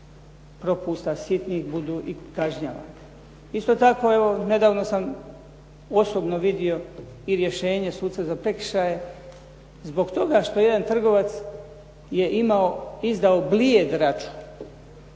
propusta sitnih budu i kažnjavani. Isto tako, evo nedavno sam osobno vidio i rješenje suca za prekršaje zbog toga što je jedan trgovac izdao blijed račun.